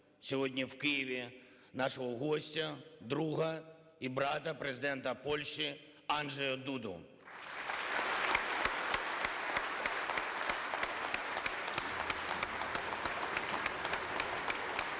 сьогодні в Києві нашого гостя, друга і брата – Президента Польщі Анджея Дуду. (Оплески)